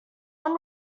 one